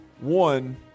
One